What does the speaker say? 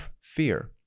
fear